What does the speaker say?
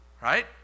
Right